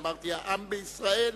אמרתי "העם בישראל"